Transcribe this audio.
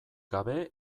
gabe